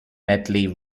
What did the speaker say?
medley